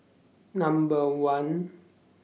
Number one